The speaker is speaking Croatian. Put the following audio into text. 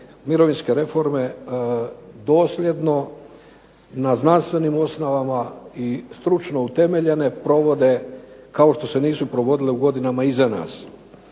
mirovinske reforme dosljedno na znanstvenim osnovama i stručno utemeljene provode, kao što se nisu provodile u godinama iza nas.